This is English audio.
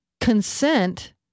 consent